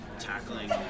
tackling